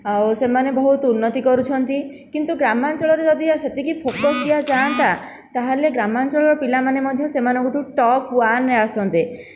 ଆଉ ସେମାନେ ବହୁତ ଉନ୍ନତି କରୁଛନ୍ତି କିନ୍ତୁ ଗ୍ରାମାଞ୍ଚଳରେ ଯଦି ସେତିକି ଫୋକସ ଦିଆଯାଆନ୍ତା ତା'ହେଲେ ଗ୍ରାମଞ୍ଚଳର ପିଲାମାନେ ମଧ୍ୟ ସେମାନଙ୍କ ଠୁ ଟପ୍ ୱାନ୍ରେ ଆସନ୍ତେ